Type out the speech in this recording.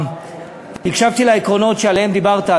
הקשבתי לעקרונות שעליהם דיברת,